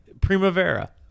primavera